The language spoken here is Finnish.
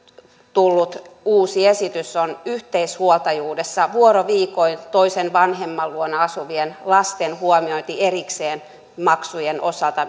jäänyt uusi esitys on yhteishuoltajuudessa vuoroviikoin toisen vanhemman luona asuvien lasten huomiointi erikseen maksujen osalta